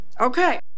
Okay